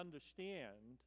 understand